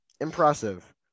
Impressive